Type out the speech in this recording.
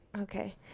Okay